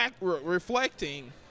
reflecting